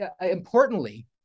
importantly